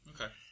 Okay